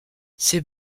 c’est